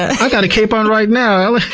i've got a cape on right now,